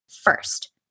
first